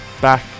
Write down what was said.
back